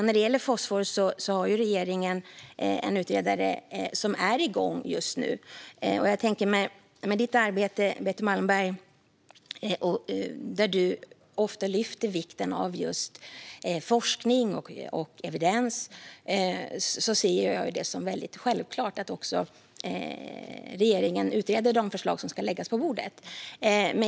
När det gäller fosfor har regeringen en utredare som är igång just nu. I ditt arbete lyfter du, Betty Malmberg, ofta vikten av just forskning och evidens. Jag ser det därför som självklart att också regeringen utreder de förslag som ska läggas på bordet.